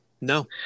No